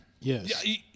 Yes